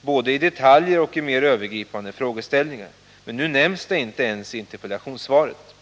både i detaljer och i mer övergripande frågeställningar. Men nu nämns det inte ens i interpellationssvaret.